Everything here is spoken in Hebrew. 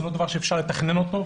וזה לא דבר שאפשר לתכנן אותו.